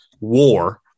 war